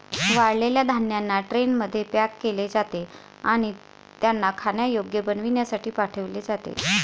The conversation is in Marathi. वाळलेल्या धान्यांना ट्रेनमध्ये पॅक केले जाते आणि त्यांना खाण्यायोग्य बनविण्यासाठी पाठविले जाते